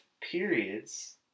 periods